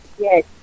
Yes